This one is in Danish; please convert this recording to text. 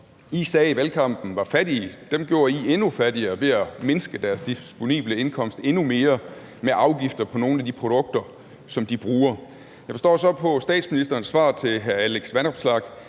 som I i valgkampen sagde var fattige, gjorde I endnu fattigere ved at mindske deres disponible indkomst endnu mere med afgifter på nogle af de produkter, som de bruger. Jeg forstår så på statsministerens svar til hr. Alex Vanopslagh,